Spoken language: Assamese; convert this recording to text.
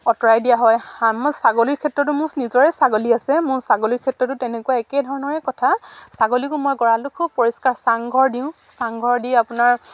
আঁতৰাই দিয়া হয় হা মই ছাগলীৰ ক্ষেত্ৰতো মোৰ নিজৰে ছাগলী আছে মোৰ ছাগলীৰ ক্ষেত্ৰতো তেনেকুৱা একেধৰণৰে কথা ছাগলীকো মই গঁৰালটো খুব পৰিষ্কাৰ চাংঘৰ দিওঁ চাংঘৰ দি আপোনাৰ